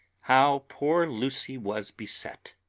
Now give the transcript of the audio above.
how poor lucy was beset,